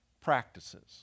practices